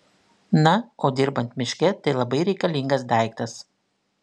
na o dirbant miške tai labai reikalingas daiktas